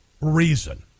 reason